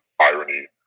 irony